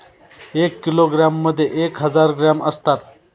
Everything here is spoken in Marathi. एक किलोग्रॅममध्ये एक हजार ग्रॅम असतात